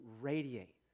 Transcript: radiate